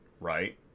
right